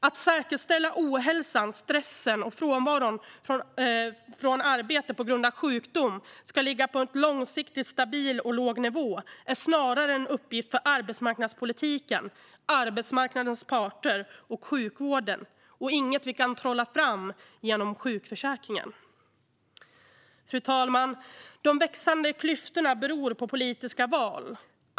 Att säkerställa att ohälsan, stressen och frånvaron från arbete på grund av sjukdom ska ligga på en långsiktigt stabil och låg nivå är snarare en uppgift för arbetsmarknadspolitiken, arbetsmarknadens parter och sjukvården - det är inget vi kan trolla fram genom sjukförsäkringen. Fru talman! De växande klyftorna beror på politiska val.